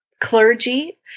clergy